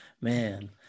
man